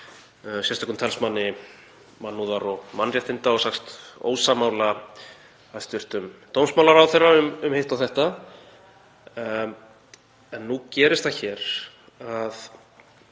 sérstökum talsmanni mannúðar og mannréttinda og sagst ósammála hæstv. dómsmálaráðherra um hitt og þetta. En nú gerist það að